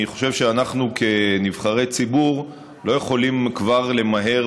אני חושב שאנחנו כנבחרי ציבור לא יכולים כבר למהר